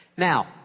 Now